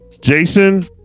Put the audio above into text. Jason